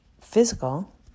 physical